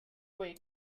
week